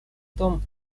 том